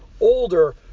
Older